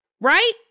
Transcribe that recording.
right